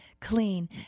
clean